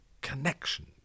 connection